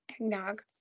eggnog